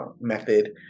method